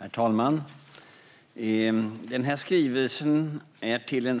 Herr talman! Den skrivelse